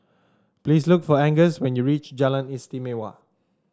please look for Angus when you reach Jalan Istimewa